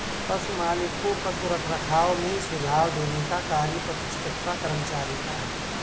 पशु मालिक को पशु रखरखाव में सुझाव देने का कार्य पशु चिकित्सा कर्मचारी का है